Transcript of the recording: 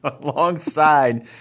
Alongside